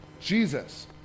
jesus